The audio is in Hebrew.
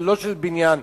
לא של בניין,